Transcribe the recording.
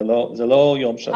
זה לא יום שלם.